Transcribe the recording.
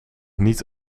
niet